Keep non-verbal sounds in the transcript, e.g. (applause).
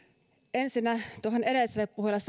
ensinnä tuohon edelliselle puhujalle (unintelligible)